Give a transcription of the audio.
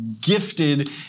gifted